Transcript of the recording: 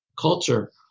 culture